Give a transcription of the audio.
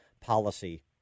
policy